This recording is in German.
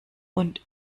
und